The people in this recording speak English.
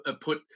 put